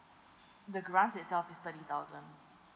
the grant itself is thirty thousand